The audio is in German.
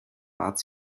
bat